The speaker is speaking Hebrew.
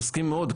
אני מסכים מאוד,